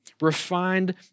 refined